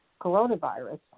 coronavirus